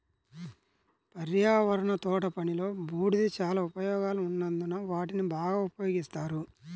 పర్యావరణ తోటపనిలో, బూడిద చాలా ఉపయోగాలు ఉన్నందున వాటిని బాగా ఉపయోగిస్తారు